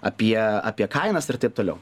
apie apie kainas ir taip toliau